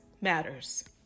matters